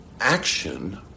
action